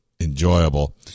enjoyable